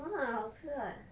!wah! 好吃啦